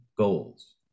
goals